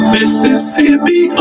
Mississippi